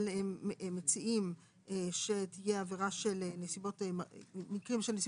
אבל מציעים שיהיו מקרים של נסיבות מחמירות